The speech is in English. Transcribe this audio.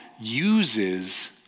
uses